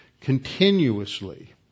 continuously